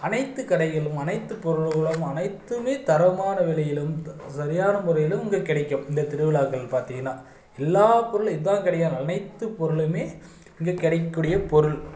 அனைத்து கடைகளும் அனைத்து பொருள்களும் அனைத்துமே தரமான விலையிலும் சரியான முறையிலும் இங்கு கிடைக்கும் இந்த திருவிழாக்கள் பார்த்திங்கன்னா எல்லா பொருளும் இதான்னு கிடையாது அனைத்து பொருளுமே இங்கே கிடைக்கக்கூடிய பொருள்